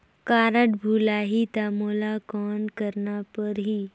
Card भुलाही ता मोला कौन करना परही?